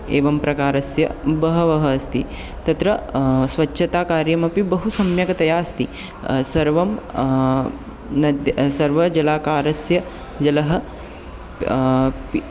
एवं प्रकारस्य बहवः अस्ति तत्र स्वच्छताकार्यमपि बहु सम्यक्तया अस्ति सर्वं नद्याः सर्वजलागारस्य जलं अपि